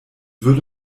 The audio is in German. würde